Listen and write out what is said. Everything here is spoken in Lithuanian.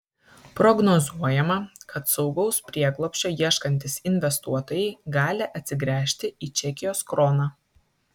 prognozuojama kad saugaus prieglobsčio ieškantys investuotojai gali atsigręžti į čekijos kroną